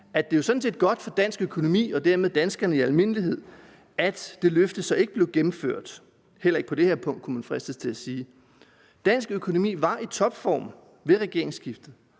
set er godt for dansk økonomi og dermed danskerne i almindelighed, at det løfte så ikke blev gennemført – heller ikke på det her punkt, kunne man fristes til at sige. Dansk økonomi var i topform ved regeringsskiftet.